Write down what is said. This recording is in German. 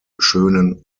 schönen